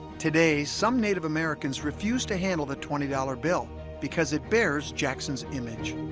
today some native americans refuse to handle the twenty bill because it bears jackson's image